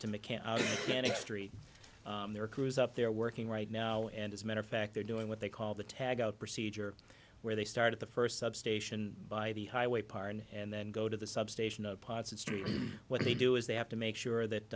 are crews up there working right now and as a matter of fact they're doing what they call the tag out procedure where they start at the first substation by the highway part and then go to the substation parts of st what they do is they have to make sure that